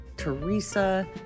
Teresa